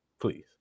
please